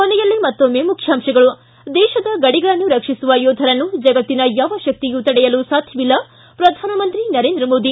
ಕೊನೆಯಲ್ಲಿ ಮತ್ತೊಮ್ಮೆ ಮುಖ್ಯಾಂಶಗಳು ್ತು ದೇಶದ ಗಡಿಗಳನ್ನು ರಕ್ಷಿಸುವ ಯೋಧರನ್ನು ಜಗತ್ತಿನ ಯಾವ ಶಕ್ತಿಯೂ ತಡೆಯಲು ಸಾಧ್ಯವಿಲ್ಲ ಪ್ರಧಾನಮಂತ್ರಿ ನರೇಂದ್ರ ಮೋದಿ